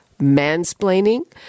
mansplaining